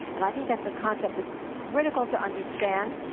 and i think that's a concept that's critical to understand.